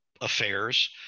affairs